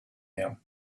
him